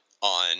on